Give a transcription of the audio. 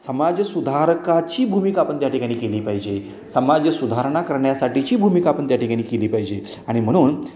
समाज सुधारकाची भूमिका आपन त्याठिकाणी केली पाहिजे समाज सुधारणा करण्यासाठीची भूमिका आपण त्याठिकाणीकेली पाहिजे आणि म्हणून